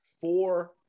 four